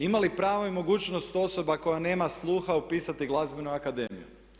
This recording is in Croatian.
Ima li pravo i mogućnost osoba koja nema sluha upisati glazbenu akademiju?